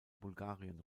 bulgarien